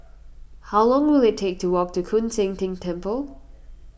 how long will it take to walk to Koon Seng Ting Temple